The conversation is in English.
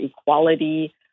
equality